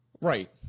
Right